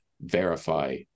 verify